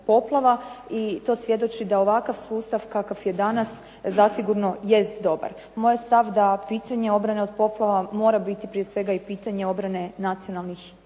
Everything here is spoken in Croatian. i to svjedoči da ovakav sustav kakav je danas zasigurno jest dobar. Moj je stav da pitanje obrane od poplava mora biti prije svega i pitanje obrane nacionalnih